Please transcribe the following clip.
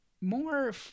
More